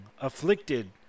afflicted